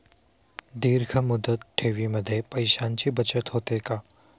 दीर्घ मुदत ठेवीमध्ये पैशांची बचत होते का?